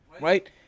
Right